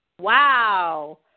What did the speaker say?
Wow